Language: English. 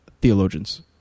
theologians